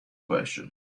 question